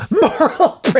Moral